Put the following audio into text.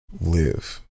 live